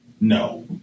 No